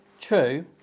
True